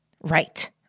Right